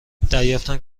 دریافتم